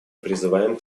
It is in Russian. призываем